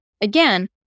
Again